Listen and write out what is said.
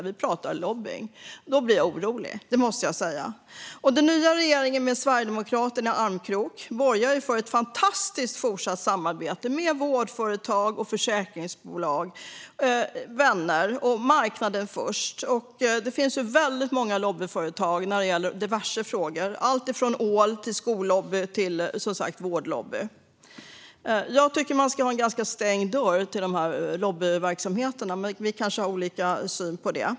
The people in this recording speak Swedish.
Det är fråga om lobbning. Då måste jag säga att jag blir orolig. Den nya regeringen med Sverigedemokraterna i armkrok borgar för ett fantastiskt fortsatt samarbete med vårdföretag och försäkringsbolag - vänner - och marknaden går först. Det finns väldigt många lobbyföretag när det gäller diverse frågor - alltifrån ållobby till skollobby och som sagt vårdlobby. Jag tycker att man ska ha en ganska stängd dörr till de här lobbyverksamheterna, men vi kanske har olika syn på det.